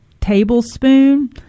tablespoon